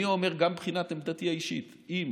אני אומר גם מבחינת עמדתי האישית: אם